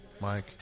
Mike